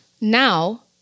now